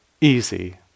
easy